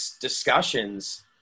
discussions